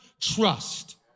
trust